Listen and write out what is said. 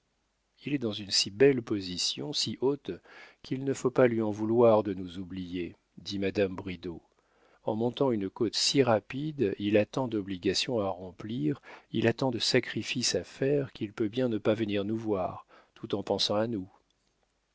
il est dans une si belle position si haute qu'il ne faut pas lui en vouloir de nous oublier dit madame bridau en montant une côte si rapide il a tant d'obligations à remplir il a tant de sacrifices à faire qu'il peut bien ne pas venir nous voir tout en pensant à nous